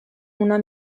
una